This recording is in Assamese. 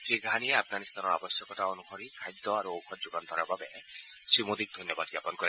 শ্ৰীঘানিয়ে আফগানিস্তানৰ আবশ্যকতা অনুসৰি সময়মতে খাদ্য আৰু ঔষধ যোগান ধৰাৰ বাবে শ্ৰীমোডীক ধন্যবাদ জ্ঞাপন কৰে